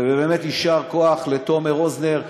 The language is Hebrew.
ובאמת יישר כוח לתומר רוזנר,